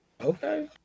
Okay